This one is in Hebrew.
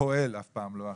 הפועל אף פעם לא אחראי,